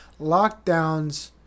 Lockdowns